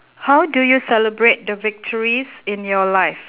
how do you celebrate the victories in your life